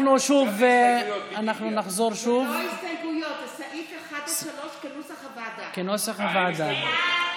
אנחנו נחזור שוב: כנוסח הוועדה.